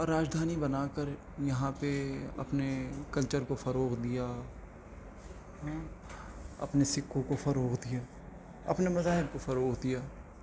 اور راجدھانی بنا کر یہاں پہ اپنے کلچر کو فروغ دیا اپنے سکوں کو فروغ دیا اپنے مذاہب کو فروغ دیا